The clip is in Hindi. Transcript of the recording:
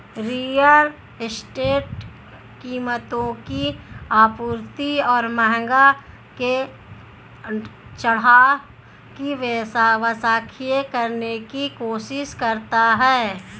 रियल एस्टेट कीमतों की आपूर्ति और मांग के ढाँचा की व्याख्या करने की कोशिश करता है